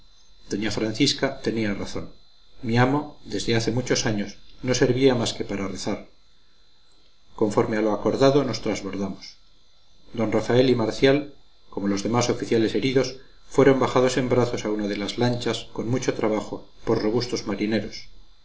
doña francisca tenía razón mi amo desde hace muchos años no servía más que para rezar conforme a lo acordado nos trasbordamos d rafael y marcial como los demás oficiales heridos fueron bajados en brazos a una de las lanchas con mucho trabajo por robustos marineros